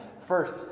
First